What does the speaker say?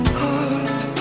heart